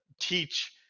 teach